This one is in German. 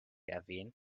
erwähnen